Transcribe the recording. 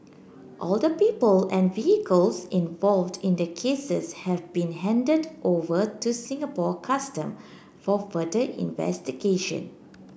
all the people and vehicles involved in the cases have been handed over to Singapore Custom for further investigation